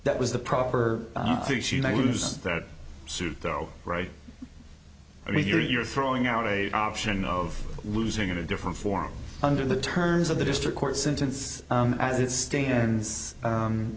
that was the proper lose their suit though right i mean you're you're throwing out a option of losing in a different form under the terms of the district court sentence as it stands